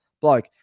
bloke